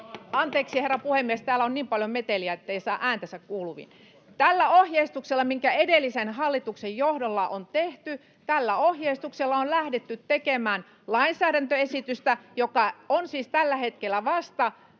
Anteeksi, herra puhemies, täällä on niin paljon meteliä, ettei saa ääntänsä kuuluviin. — Tällä ohjeistuksella, mikä edellisen hallituksen johdolla on tehty, on lähdetty tekemään lainsäädäntöesitystä, joka on siis tällä hetkellä vasta